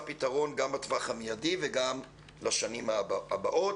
פתרון גם בטווח המיידי וגם לשנים הבאות.